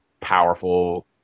powerful